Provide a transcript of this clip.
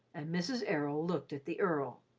and mrs. errol looked at the earl.